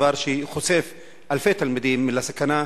דבר שחושף אלפי תלמידים לסכנה,